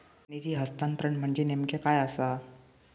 निधी हस्तांतरण म्हणजे नेमक्या काय आसा?